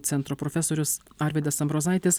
centro profesorius arvydas ambrozaitis